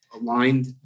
aligned